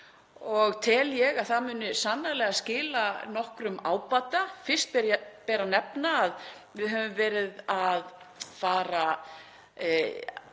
og tel ég að það muni sannarlega skila nokkrum ábata. Fyrst ber að nefna að við höfum verið að fara